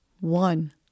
One